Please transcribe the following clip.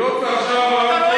היות שעכשיו,